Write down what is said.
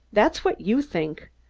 that's what you think.